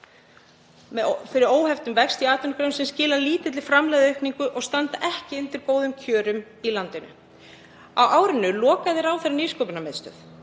fyrir óheftum vexti í atvinnugreinum sem skila lítilli framleiðniaukningu og standa ekki undir góðum kjörum í landinu. Á árinu lokaði ráðherra Nýsköpunarmiðstöð.